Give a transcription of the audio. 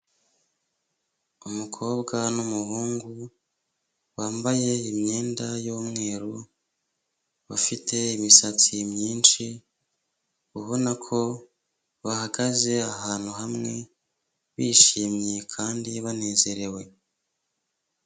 Umukobwa n'umuhungu bambaye imyenda y'umweru, bafite imisatsi myinshi, ubona ko bahagaze ahantu hamwe bishimye kandi banezerewe.